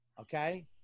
Okay